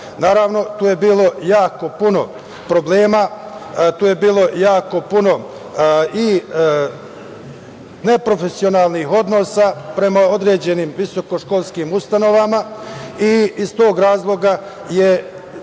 karakter. Naravno, tu je bilo jako puno problema, tu je bilo jako puno i neprofesionalnih odnosa prema određenim visokoškolskim ustanovama i iz tog razloga je,